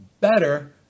better